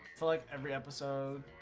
to like every episode